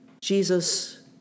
Jesus